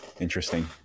Interesting